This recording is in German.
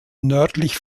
nördlich